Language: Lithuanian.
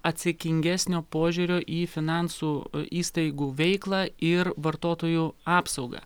atsakingesnio požiūrio į finansų įstaigų veiklą ir vartotojų apsaugą